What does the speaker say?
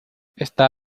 está